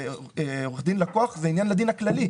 עורך-דין לקוח, זה עניין לדין הכללי.